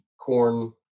corn